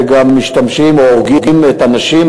וגם משתמשים או הורגים את הנשים,